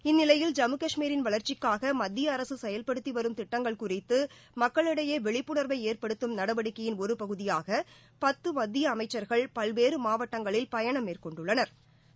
இந்நிலையில் ஜம்மு கஷ்மீரின் வளர்ச்சிக்காக மத்திய அரசு செயல்படுத்தி வரும் திட்டங்கள் குறித்து மக்களிடையே விழிப்புணா்வை ஏற்படுத்தும் நடவடிக்கையின் ஒரு பகுதியாக பத்து மத்திய அமைச்சா்கள் பல்வேறு மாவட்டங்களில் பயணம் மேற்கொண்டுள்ளனா்